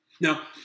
Now